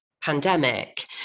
pandemic